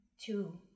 Two